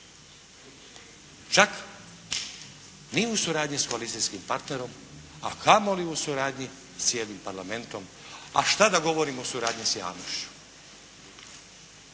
Čak ni u suradnji s koalicijskim partnerom, a kamoli u suradnji s cijelim parlamentom, a što da govorim o suradnji s javnošću.